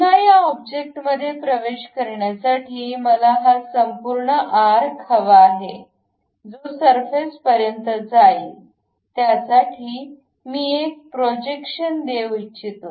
पुन्हा या ऑब्जेक्टमध्ये प्रवेश करण्यासाठी मला हा संपूर्ण आर् क हवा आहे जो सरफेस पर्यंत जाईल त्यासाठी मी एक प्रोजेक्शन देऊ इच्छितो